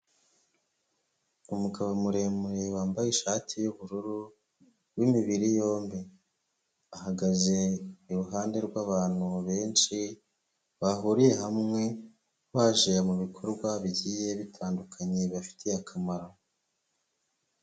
Umugabo muremure wambaye ishati y'ubururu w'imibiri yombi, ahagaze iruhande rw'abantu benshi bahuriye hamwe, baje mu bikorwa bigiye bitandukanye bibafitiye akamaro.